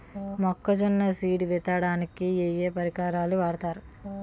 మొక్కజొన్న సీడ్ విత్తడానికి ఏ ఏ పరికరాలు వాడతారు?